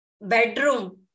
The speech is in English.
bedroom